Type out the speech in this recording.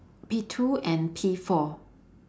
P two and P four